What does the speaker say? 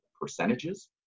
percentages